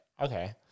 okay